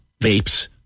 vapes